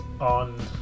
on